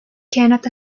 cannot